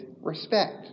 respect